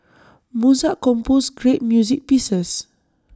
Mozart composed great music pieces